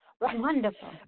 Wonderful